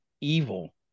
evil